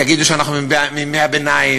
יגידו שאנחנו מימי הביניים,